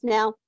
Now